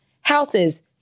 Houses